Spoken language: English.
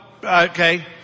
Okay